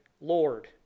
lord